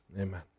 Amen